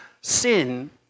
sin